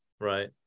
Right